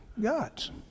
God's